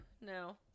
No